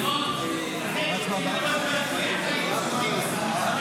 להעביר לוועדה את הצעת חוק לתיקון פקודת המשטרה (פתיחה בחקירה פלילית),